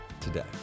today